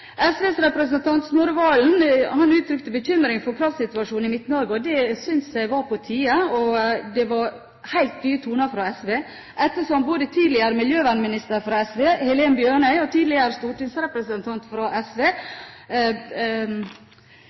uttrykte bekymring for kraftsituasjonen i Midt-Norge. Det synes jeg var på tide. Det er helt nye toner fra SV, ettersom både tidligere miljøvernminister fra SV Helen Bjørnøy og tidligere stortingsrepresentant fra SV